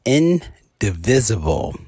indivisible